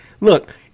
Look